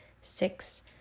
Six